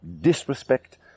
disrespect